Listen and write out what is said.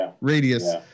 radius